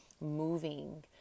moving